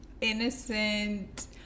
innocent